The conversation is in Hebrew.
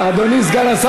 אדוני, סגן השר.